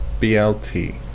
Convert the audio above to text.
BLT